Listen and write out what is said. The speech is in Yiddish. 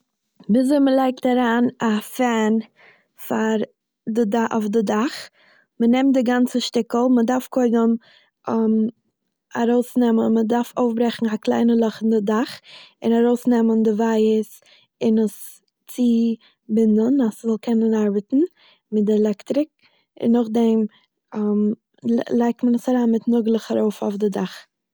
וויזוי מ'לייגט אריין א פען פאר די- אויף די דאך. מ'נעמט די גאנצע שטיקל, מ'דארף קודם ארויסנעמען, מ'דארף אויפברעכן א קליינע לאך אין די דאך, און ארויסנעמען די ווייערס און עס צובינדן אז ס'זאל קענען ארבעטן מיט די עלעקטריק, און נאכדעם ל- לייגט מען עס אריין מיט נאגלעך אויף די דאך.